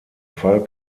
fall